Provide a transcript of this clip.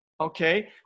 Okay